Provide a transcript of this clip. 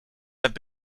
have